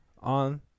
on